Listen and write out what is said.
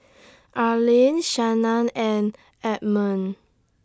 Arlyn Shannan and Edmund